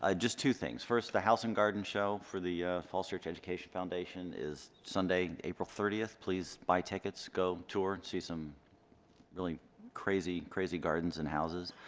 ah just two things. first the house and garden show for the falls church education foundation is sunday april thirtieth please buy tickets, go tour, see some really crazy, crazy gardens and houses.